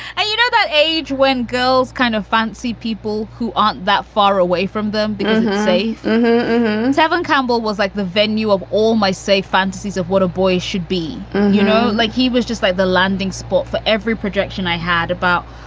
you know, that age when girls kind of fancy people who aren't that far away from them, who say seven, campbell was like the venue of all my safe fantasies of what a boy should be you know, like he was just like the landing spot for every projection i had about,